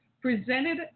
presented